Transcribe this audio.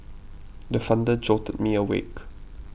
the thunder jolted me awake